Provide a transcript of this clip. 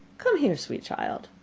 come here, sweet child.